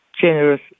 generous